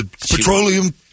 Petroleum